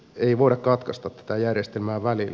ei voida katkaista tätä järjestelmää välillä